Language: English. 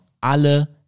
alle